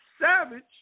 Savage